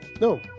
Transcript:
no